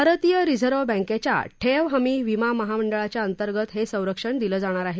भारतीय रिजर्व्ह बँकेच्या ठेव हमी विमा महामंडळच्या अंतर्गत हे संरक्षण दिलं जाणार आहे